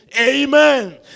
Amen